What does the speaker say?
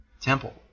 Temple